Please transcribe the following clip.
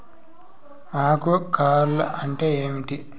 ఆకు కార్ల్ అంటే ఏమి?